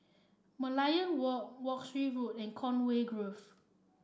Merlion Walk Wolskel Road and Conway Grove